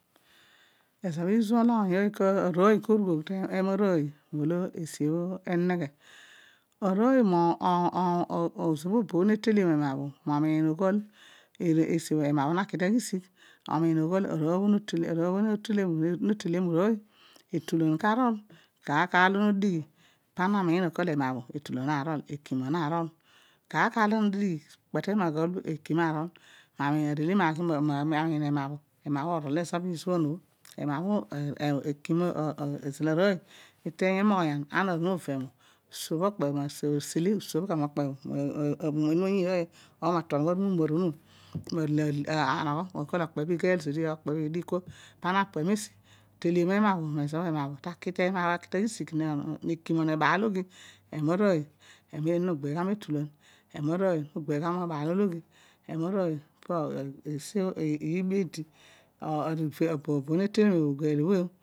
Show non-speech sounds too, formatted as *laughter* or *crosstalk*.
Ezo bho izuan olo oony ooy arooy ke rugh teme arooy molo esi bho eneghe *unintelligible* ezo bho obo bho nateliom ema bho momiin oghol esi bho ema bho naki taghisigh momiin oghol arooy bho nateliom rooy, etulan karol kar kar olo no dighi pana namiin akot ekima na rol, kpe te anaghol ekima na rul ma nehe maghi ma miin ema bho aro ezo bho izuan obho, izal arooy iteeny emughon, ana ovema sobh okpe obho ma se le, usobh gha mokpe bho ma bhume ni oyiin ooy ma tuan mobho aru mumor onuma amanogho aghol okpe igheel zodi ana udighi kua pana na pue mesi, na va mezo ama bho take taghisigh neekima nobaalologhi, ema arooy no gbeel gha metulan ema arooy no gheel gha meebaalologh ema arooy pesi iibi idi obo bho neteliom ugheel obho.